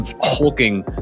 hulking